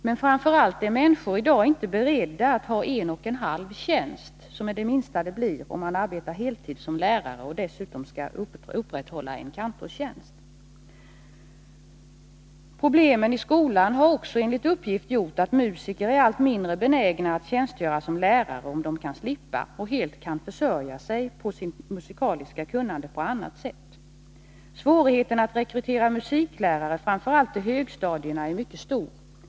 Men framför allt är det så, att människor i dag inte är beredda att ha en och en halv tjänst — det är ett minimum, om man arbetar heltid som lärare och därutöver skall upprätthålla en kantorstjänst. Problemen i skolan har enligt uppgift medfört att musiker i allt mindre utsträckning är benägna att tjänstgöra som lärare, om de kan slippa nämnda kombination och i stället helt försörja sig på sitt musikaliska kunnande på annat sätt. Svårigheterna att rekrytera musiklärare till framför allt högstadierna är mycket stora.